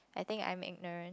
I think I'm ignorant